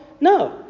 No